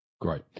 Great